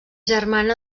germana